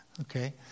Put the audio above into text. Okay